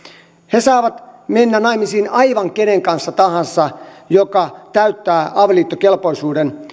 he saavat mennä naimisiin aivan kenen kanssa tahansa joka täyttää avioliittokelpoisuuden